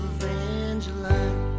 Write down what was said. Evangeline